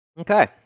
Okay